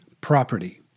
property